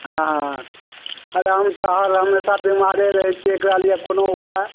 हँ हँ अरे हम तऽ हर हमेशा बिमारे रहै छियै एकरा लिए कोनो उपाय